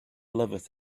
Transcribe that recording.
loveth